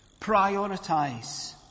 prioritize